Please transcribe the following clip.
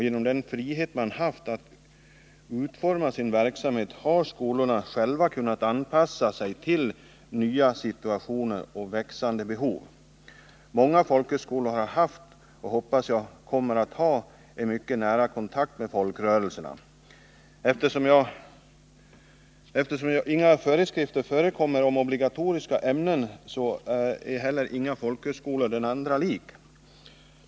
Genom den frihet skolorna haft att utforma sin verksamhet har skolorna själva kunnat anpassa sig till nya situationer och växlande behov. Många folkhögskolor har haft och — hoppas jag — kommer att ha en mycket nära kontakt med folkrörelserna. Eftersom det inte finns några föreskrifter om obligatoriska ämnen är ingen folkhögskola den andra lik.